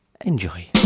enjoy